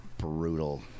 brutal